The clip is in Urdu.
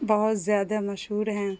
بہت زیادہ مشہور ہیں